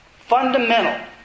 fundamental